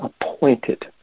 appointed